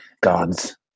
Gods